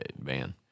Man